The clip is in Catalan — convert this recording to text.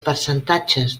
percentatges